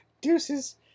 Deuces